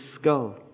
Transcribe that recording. skull